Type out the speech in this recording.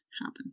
happen